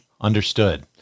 Understood